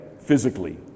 physically